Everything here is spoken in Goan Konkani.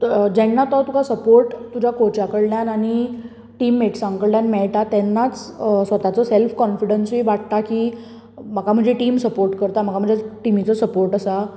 जेन्ना तो तुका सपोर्ट जो कॉचा कडल्यान आनी टिममेट्सां कडल्यान मेळटा तेन्नाच स्वताचो सेल्फ काॅन्फिडेन्सूय वाडटा की म्हाका म्हजी टिम सपाॅर्ट करता म्हाका म्हज्या टिमीचो सपाॅर्ट आसा